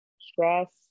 stress